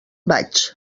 vaig